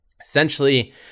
Essentially